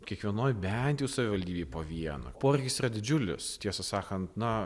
kiekvienoj bent jau savivaldybėj po vieną poreikis yra didžiulis tiesą sakant na